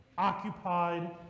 occupied